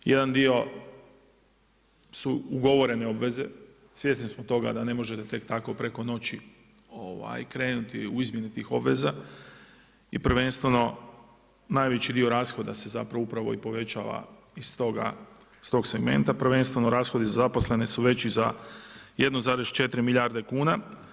Jedan dio su ugovorene obveze, svjesni smo toga da ne možete tek tako preko noći krenuti u izmjene tih obveza i prvenstveno najveći dio rashoda se zapravo upravo i povećava iz tog segmenta prvenstveno rashodi za zaposlene su veći za 1,4 milijardu kuna.